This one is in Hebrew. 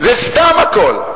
זה סתם הכול.